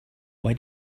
why